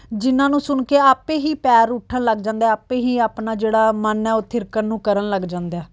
ਜਿਨ੍ਹਾਂ ਨੂੰ ਸੁਣਕੇ ਆਪੇ ਹੀ ਪੈਰ ਉੱਠਣ ਲੱਗ ਜਾਂਦਾ ਆਪੇ ਹੀ ਆਪਣਾ ਜਿਹੜਾ ਮਨ ਹੈ ਉਹ ਥਿੜਕਣ ਨੂੰ ਕਰਨ ਲੱਗ ਜਾਂਦਾ